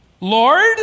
Lord